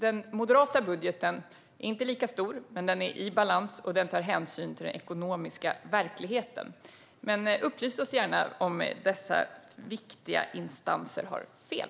Den moderata budgeten är inte lika stor, men den är i balans och tar hänsyn till den ekonomiska verkligheten. Upplys oss gärna om huruvida dessa viktiga instanser har fel!